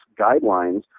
guidelines